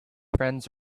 friends